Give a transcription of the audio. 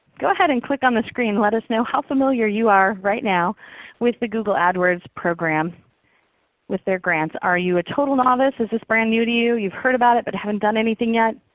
go ahead and click on the screen and let us know how familiar you are right now with the google adwords program with their grants. are you a total novice? is this brand-new to you? you've heard about it but haven't done anything yet?